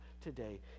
today